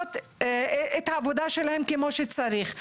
לעשות את העבודה שלהן כמו שצריך.